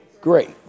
great